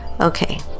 Okay